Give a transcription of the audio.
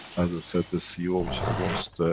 and said the ceo which the most.